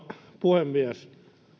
puhemies luulen